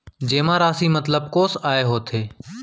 जेमा राशि मतलब कोस आय होथे?